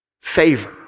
favor